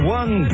one